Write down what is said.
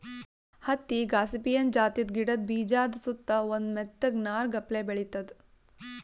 ಹತ್ತಿ ಗಾಸಿಪಿಯನ್ ಜಾತಿದ್ ಗಿಡದ ಬೀಜಾದ ಸುತ್ತಾ ಒಂದ್ ಮೆತ್ತಗ್ ನಾರ್ ಅಪ್ಲೆ ಬೆಳಿತದ್